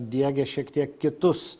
diegia šiek tiek kitus